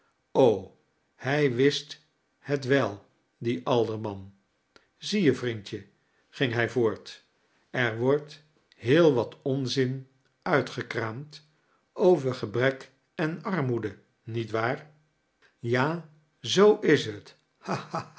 bij wist het wel die alderman zie je vrinidje ging hij voort er wordt heel wat onzin uitgekraamd over gebrek en armoede nietwaar ja zoo is het